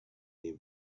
they